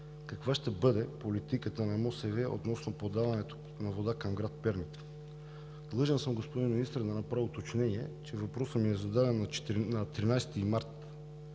каква ще бъде политиката на МОСВ относно подаването на вода към град Перник? Длъжен съм, господин Министър, да направя уточнение, че въпросът ми е зададен на 13 март,